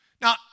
Now